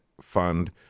fund